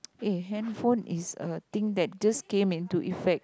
eh handphone is a thing that just came into effect